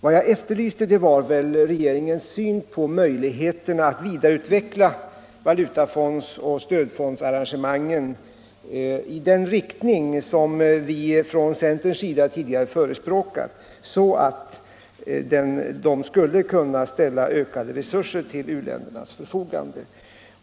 Vad jag efterlyste var regeringens syn på möjligheterna att vidareutveckla valutafondsoch stödfondsarrangemangen i den riktning som vi från centerns sida tidigare förespråkat, så att de skulle kunna ställa ökade resurser till u-ländernas förfogande.